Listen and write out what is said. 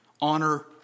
Honor